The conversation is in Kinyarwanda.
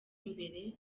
imbere